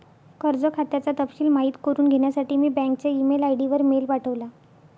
कर्ज खात्याचा तपशिल माहित करुन घेण्यासाठी मी बँकच्या ई मेल आय.डी वर मेल पाठवला